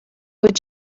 would